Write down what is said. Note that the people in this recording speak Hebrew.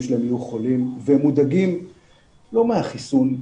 שלהם יהיו חולים והם מודאגים לא מהחיסון,